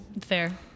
Fair